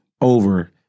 over